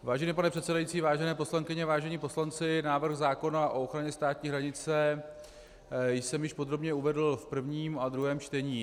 Vážený pane předsedající, vážené poslankyně, vážení poslanci, návrh zákona o ochraně státní hranice jsem již podrobně uvedl v prvním a druhém čtení.